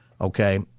Okay